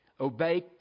Obey